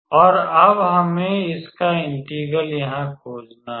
और अब हमें इसका इंटेग्रल यहाँ खोजना है